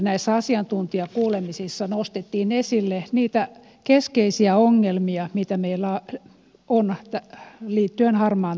näissä asiantuntijakuulemisissa nostettiin esille niitä keskeisiä ongelmia mitä meillä on liittyen harmaan talouden torjuntaan